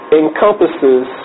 encompasses